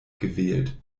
gewählt